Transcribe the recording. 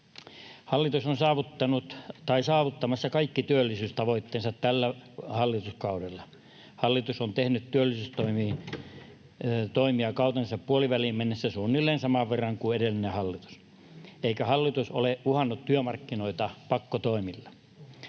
tai saavuttamassa kaikki työllisyystavoitteensa tällä hallituskaudella. Hallitus on tehnyt työllisyystoimia kautensa puoliväliin mennessä suunnilleen saman verran kuin edellinen hallitus, eikä hallitus ole uhannut työmarkkinoita pakkotoimilla.